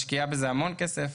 משקיעה בזה המון כסף,